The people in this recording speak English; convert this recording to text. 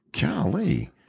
Golly